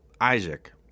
Isaac